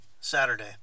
Saturday